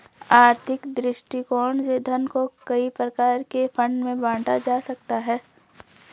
आर्थिक दृष्टिकोण से धन को कई प्रकार के फंड में बांटा जा सकता है